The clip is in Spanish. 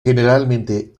generalmente